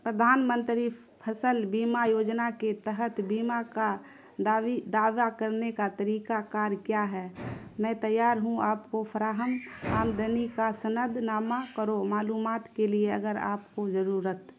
پردھان منتری فصل بیمہ یوجنا کے تحت بیمہ کا دعویٰ کرنے کا طریقہ کار کیا ہے میں تیار ہوں آپ کو فراہم آمدنی کا سند نامہ کرو معلومات کے لیے اگر آپ کو ضرورت